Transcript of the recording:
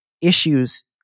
issues